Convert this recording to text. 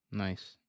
nice